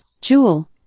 Jewel